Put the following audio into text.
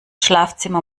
schlafzimmer